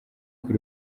kuri